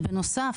בנוסף,